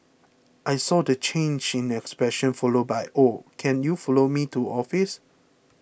I saw the change in expression followed by oh can you follow me to office